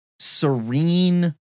serene